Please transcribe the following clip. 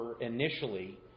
initially